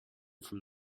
from